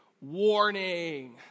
Warning